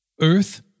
Earth